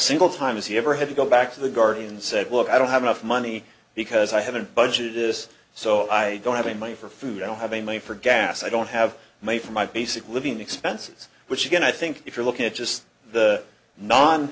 single time has he ever had to go back to the guardian said look i don't have enough money because i haven't budget is so i don't have any money for food i don't have any money for gas i don't have money for my basic living expenses which again i think if you look at just the non